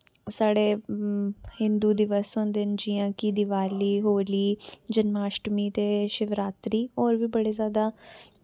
साढ़े हिन्हू दिवस होंदे न जियां के दिवाली होली जन्माष्टमी ते शिवरात्री होर बी बड़े जादा